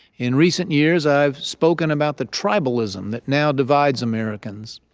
in recent years, i've spoken about the tribalism that now divides americans.